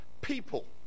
people